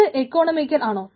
അത് എക്കണോമിക്കൽ ആണോ